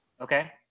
Okay